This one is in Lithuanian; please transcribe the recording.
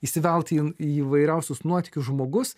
įsivelti in įvairiausius nuotykius žmogus